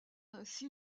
ainsi